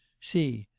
see,